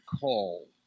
call